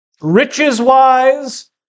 riches-wise